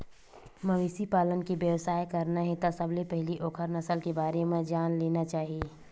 मवेशी पालन के बेवसाय करना हे त सबले पहिली ओखर नसल के बारे म जान लेना चाही